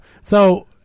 so-